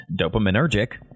dopaminergic